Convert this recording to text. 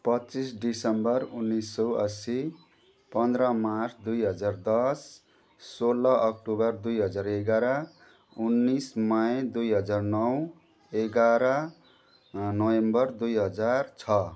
पच्चिस दिसम्बर उन्निस सौ अस्सी पच्चिस पन्ध्र मार्च दुई हजार दस सोह्र अक्टोबर दुई हजार एघार उन्निस मई दुई हजार नौ एघार नोभेम्बर दुई हजार छ